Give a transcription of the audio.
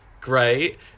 great